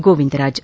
Govindaraj